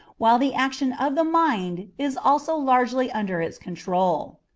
while the action of the mind is also largely under its control.